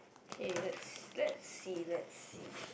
okay let's let's see let's see